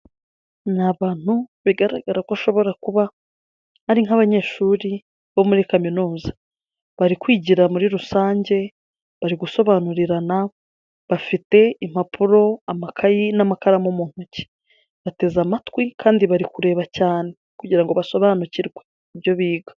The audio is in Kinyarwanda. Ni abantu bigaragara ko ashobora kuba ari nk'abanyeshuri bo muri kaminuza. Bari kwigira muri rusange, bari gusobanurirana, bafite impapuro, amakayi n'amakaramu mu ntoki. Bateze amatwi, kandi bari kureba cyane. Kugira ngo basobanukirwe ibyo biga.